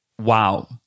Wow